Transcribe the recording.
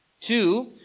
Two